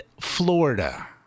Florida